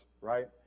right